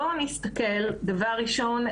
דבר ראשון,